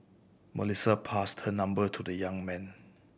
Melissa passed her number to the young man